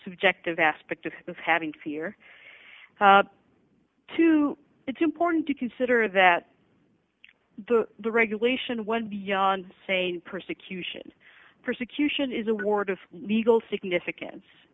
subjective aspect of having fear too it's important to consider that the regulation went beyond saying persecution persecution is a ward of legal significance